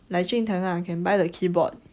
like jun tng ah can buy the keyboard